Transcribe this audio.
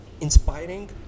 inspiring